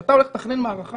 כשאתה הולך לתכנן מערכה